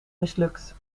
mislukt